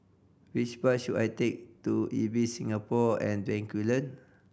which bus should I take to Ibis Singapore On Bencoolen